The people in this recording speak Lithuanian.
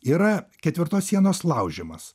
yra ketvirtos sienos laužymas